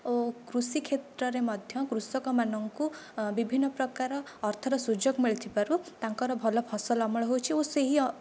ଓ କୃଷି କ୍ଷେତ୍ରରେ ମଧ୍ୟ କୃଷକ ମାନଙ୍କୁ ବିଭିନ୍ନ ପ୍ରକାରର ଅର୍ଥର ସୁଯୋଗ ମିଳିଥିବାରୁ ତାଙ୍କର ଭଲ ଫସଲ ଅମଳ ହେଉଛି ଓ ସେହି